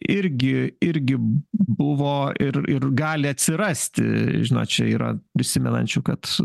irgi irgi buvo ir ir gali atsirasti žinot čia yra prisimenančių kad